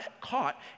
caught